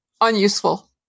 unuseful